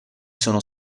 sono